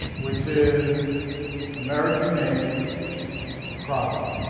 which is american made product.